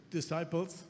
disciples